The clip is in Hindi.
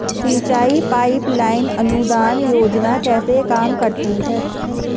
सिंचाई पाइप लाइन अनुदान योजना कैसे काम करती है?